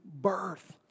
birth